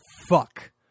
fuck